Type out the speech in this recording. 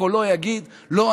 בקולו יגיד: לא,